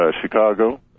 Chicago